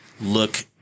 look